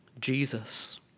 Jesus